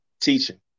teaching